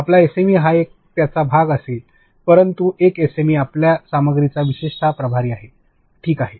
आपला एसएमई हा त्याचा एक भाग आहे परंतु एक एसएमई आपल्या सामग्रीचा विशेषतः प्रभारी आहे ठीक आहे